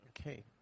Okay